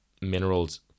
minerals